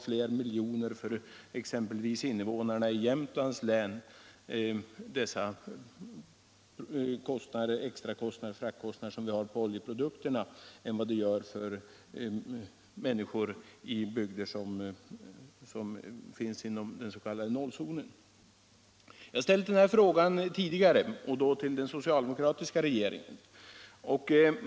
För invånarna i Jämtlands län uppgår de extra fraktkostnaderna till avsevärt fler miljoner än för människor i bygder inom den s.k. nollzonen. Den här frågan har jag ställt tidigare, och då till den socialdemokratiska regeringen.